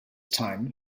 time